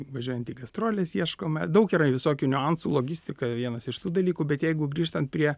važiuojant į gastroles ieškome daug yra visokių niuansų logistika vienas iš tų dalykų bet jeigu grįžtant prie